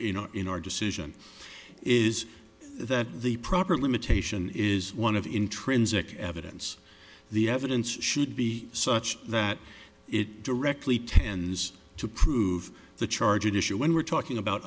in our decision is that the proper limitation is one of intrinsic evidence the evidence should be such that it directly tends to prove the charged issue when we're talking about